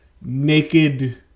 naked